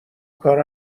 کار